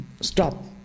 stop